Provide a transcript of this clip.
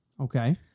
Okay